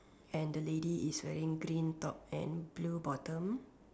and the lady is wearing green top and blue bottom